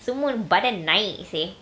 semua badan naik seh